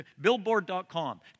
billboard.com